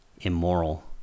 immoral